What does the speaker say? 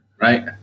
right